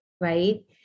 Right